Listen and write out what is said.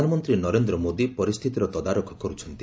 ପ୍ରଧାନମନ୍ତ୍ରୀ ନରେନ୍ଦ୍ର ମୋଦି ପରିସ୍ଥିତିର ତଦାରଖ କରୁଛନ୍ତି